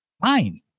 fine